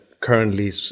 currently